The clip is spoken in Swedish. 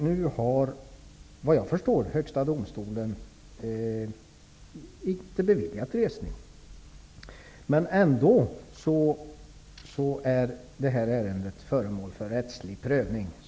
Efter vad jag förstår har Högsta domstolen inte beviljat resning, men trots det är, som statsrådet säger, det här ärendet föremål för rättslig prövning.